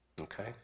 Okay